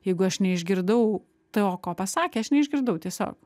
jeigu aš neišgirdau to ko pasakė aš neišgirdau tiesiog